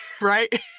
right